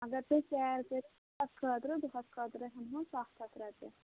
اَگر تُہۍ سیر کٔرِو دۄہَس خٲطرٕ دۅہس خٲطرٕ ہٮ۪مہو ستھ ہتھ رۅپیہِ